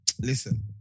Listen